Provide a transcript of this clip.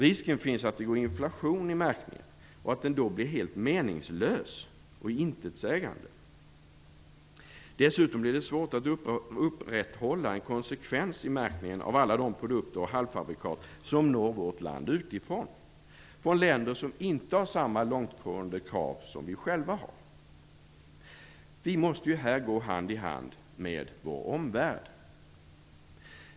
Risken finns att det går inflation i märkningen och att den då blir helt meningslös och intetsägande. Dessutom blir det svårt att upprätthålla en konsekvens i märkningen av alla de produkter och halvfabrikat som når vårt land utifrån, från länder som inte har samma långtgående krav som vi själva. Vi måste ju här gå hand i hand med vår omvärld.